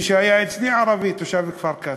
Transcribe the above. מי שהיה אצלי, ערבי, תושב כפר-קאסם.